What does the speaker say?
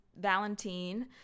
Valentine